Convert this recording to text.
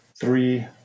three